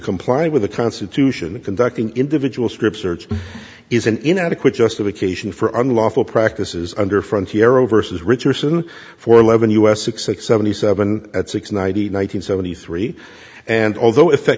comply with the constitution and conducting individual strip search is an inadequate justification for unlawful practices under from zero versus richardson for eleven us six hundred seventy seven six ninety nine hundred seventy three and although effect